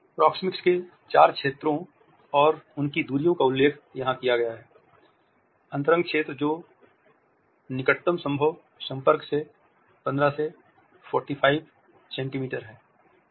proxemics के चार क्षेत्रों और उनकी दूरियों का उल्लेख यहां किया गया है अंतरंग क्षेत्र जो निकटतम संभव संपर्क से 15 से 45 सेंटीमीटर है